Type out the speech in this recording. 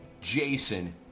Jason